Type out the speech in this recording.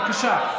בבקשה.